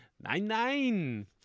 Nine-Nine